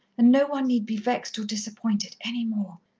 and no one need be vexed or disappointed any more.